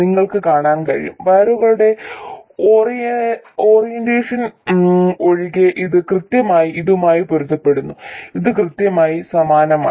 നിങ്ങൾക്ക് കാണാൻ കഴിയും വയറുകളുടെ ഓറിയന്റേഷൻ ഒഴികെ ഇത് കൃത്യമായി ഇതുമായി പൊരുത്തപ്പെടുന്നു ഇത് കൃത്യമായി സമാനമാണ്